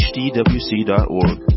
hdwc.org